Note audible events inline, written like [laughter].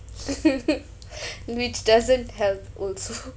[laughs] which doesn't help also